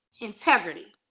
integrity